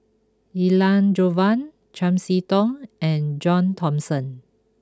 Elangovan Chiam See Tong and John Thomson